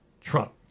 Trump